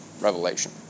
revelation